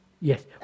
Yes